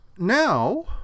Now